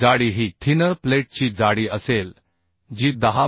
जाडी ही थिनर प्लेटची जाडी असेल जी 10 मि